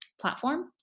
platform